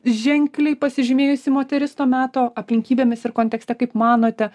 ženkliai pasižymėjusi moteris to meto aplinkybėmis ir kontekste kaip manote